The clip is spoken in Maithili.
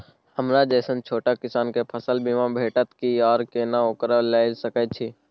हमरा जैसन छोट किसान के फसल बीमा भेटत कि आर केना ओकरा लैय सकैय छि?